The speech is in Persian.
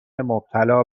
مبتلا